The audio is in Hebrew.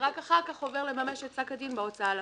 ורק אחר כך עובר לממש את פסק הדין בהוצאה לפועל.